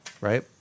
right